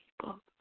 people